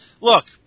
Look